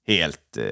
Helt